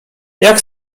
jak